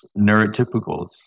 neurotypicals